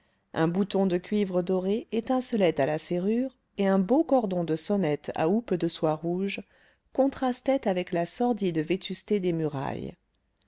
un bouton de cuivre doré étincelait à la serrure et un beau cordon de sonnette à houppe de soie rouge contrastait avec la sordide vétusté des murailles